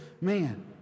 man